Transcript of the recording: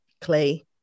Clay